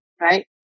Right